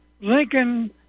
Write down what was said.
Lincoln